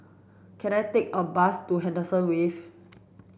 can I take a bus to Henderson Wave